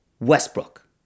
Westbrook